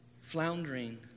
floundering